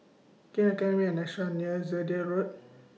Can YOU recommend Me A Restaurant near Zehnder Road